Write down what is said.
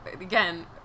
Again